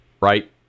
Right